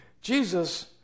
Jesus